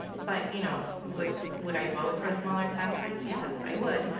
but you know would would i vote for a smaller class size? yes, i would.